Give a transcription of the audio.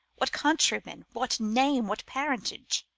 what countryman? what name? what parentage?